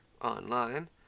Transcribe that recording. online